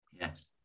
Yes